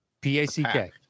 p-a-c-k